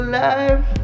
life